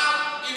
של הוועדה.